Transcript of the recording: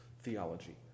theology